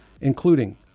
including